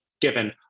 given